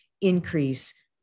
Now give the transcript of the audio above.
increase